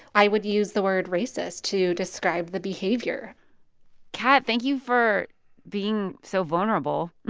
i would use the word racist to describe the behavior kat, thank you for being so vulnerable. i